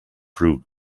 proved